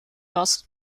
was